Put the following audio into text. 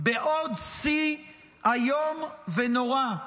בעוד שיא איום ונורא,